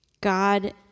God